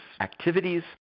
activities